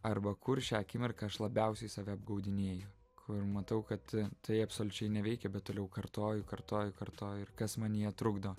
arba kur šią akimirką aš labiausiai save apgaudinėju kur matau kad tai absoliučiai neveikia bet toliau kartoju kartoju kartoju ir kas manyje trukdo